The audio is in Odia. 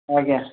ଆଜ୍ଞା